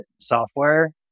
software